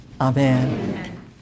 Amen